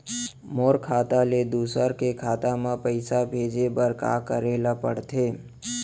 मोर खाता ले दूसर के खाता म पइसा भेजे बर का करेल पढ़थे?